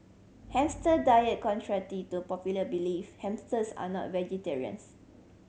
hamster diet to popular belief hamsters are not vegetarians